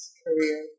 career